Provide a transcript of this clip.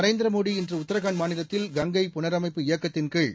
நரேந்திர மோடி இன்று உத்தராகண்ட் மாநிலத்தில் கங்கை புனரமைப்பு இயக்கத்தின்கீழ்